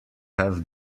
have